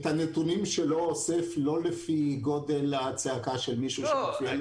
את הנתונים שלו אוסף לא לפי גודל הצעקה של מי --- לא,